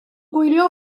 gwylio